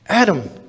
Adam